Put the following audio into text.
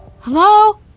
Hello